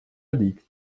liegt